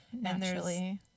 Naturally